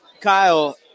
Kyle